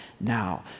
now